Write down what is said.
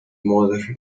more